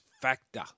factor